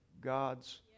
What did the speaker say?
God's